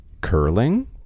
Curling